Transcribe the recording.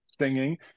singing